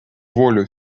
волю